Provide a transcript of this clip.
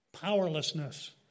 powerlessness